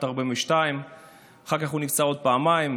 1942. אחר כך הוא נפצע עוד פעמיים,